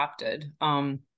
adopted